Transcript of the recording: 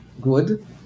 good